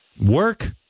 Work